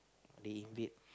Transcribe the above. they invade